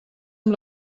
amb